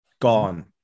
gone